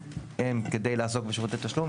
כדי לעסוק בשירותי תשלום,